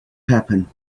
happen